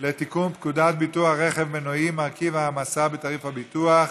לתיקון פקודת ביטוח רכב מנועי (מרכיב ההעמסה בתעריף הביטוח),